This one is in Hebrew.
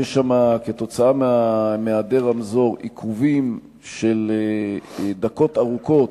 כתוצאה מהעדר רמזור יש שם עיכובים של דקות ארוכות